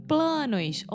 planos